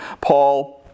Paul